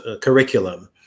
curriculum